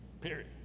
period